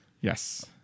Yes